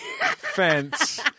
fence